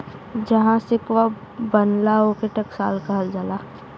जहाँ सिक्कवा बनला, ओके टकसाल कहल जाला